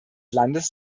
landes